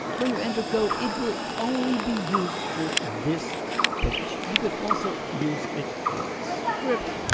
when you enter code, it will only be used for this page, you can also use it for script.